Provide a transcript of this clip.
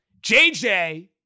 JJ